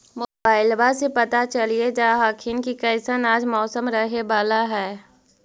मोबाईलबा से पता चलिये जा हखिन की कैसन आज मौसम रहे बाला है?